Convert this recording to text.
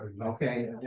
okay